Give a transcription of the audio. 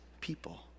people